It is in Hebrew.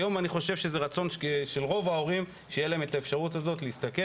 היום אני חושב שזה רצון של רוב ההורים שתהיה להם האפשרות להסתכל.